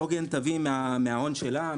עוגן תביא מההון שלה,